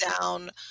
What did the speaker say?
down